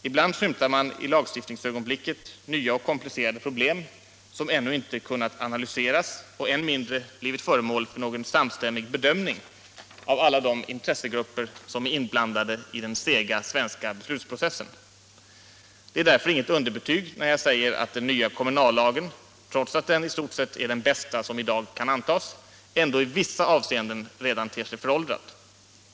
Ibland skymtar man i lagstiftningsögonblicket nya och komplicerade problem, som ännu inte kunnat analyseras och som än mindre blivit föremål för någon samstämmig bedömning av alla de intressegrupper som är inblandade i den sega svenska beslutsprocessen. Det är därför inget underbetyg när jag säger att den nya kommunallagen, trots att den i stort sett är den bästa som i dag kan antas, ändå i vissa avseenden redan ter sig föråldrad.